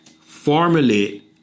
formulate